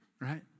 Right